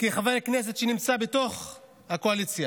כחבר כנסת שנמצא בתוך הקואליציה,